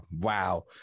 wow